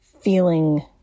feeling